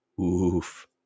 Oof